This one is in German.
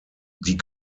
die